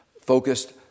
focused